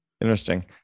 Interesting